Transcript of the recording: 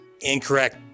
Incorrect